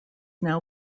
now